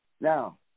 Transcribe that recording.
Now